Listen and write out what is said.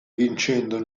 vincendo